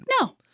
No